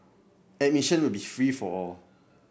admission will be free for all